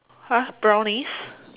!huh! brownies